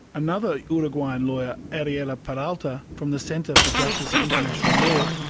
another uruguayan lawyer, ariela peralta from the centre for justice and international law,